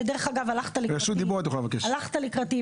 של חברי הכנסת מהקואליציה והאופוזיציה,